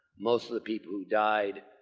most of the people who died,